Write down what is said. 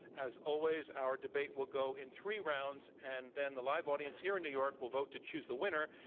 as always, our debate will go in three rounds, and then the live audience here in new york will vote to choose the winner,